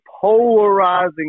polarizing